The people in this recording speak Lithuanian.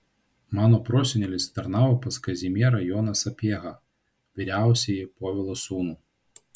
mano prosenelis tarnavo pas kazimierą joną sapiehą vyriausiąjį povilo sūnų